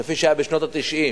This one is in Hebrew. כפי שהיה בשנות ה-90.